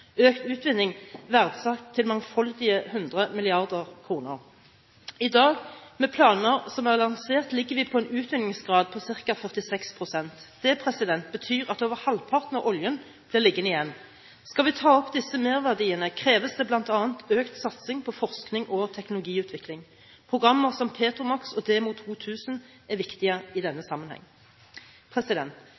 økt utvinning verdsatt til mangfoldige hundre milliarder kroner. I dag, med planer som er lansert, ligger vi på en utvinningsgrad på ca. 46 pst. Det betyr at over halvparten av oljen blir liggende igjen. Skal vi ta opp disse merverdiene, kreves det bl.a. økt satsing på forskning og teknologiutvikling. Programmer som PETROMAKS og DEMO2000 er viktige i denne sammenheng.